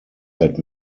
that